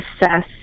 assess